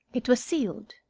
it was sealed.